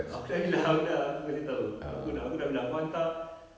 aku sudah bilang sudah aku sudah bagi tahu aku sudah aku sudah bilang kau hantar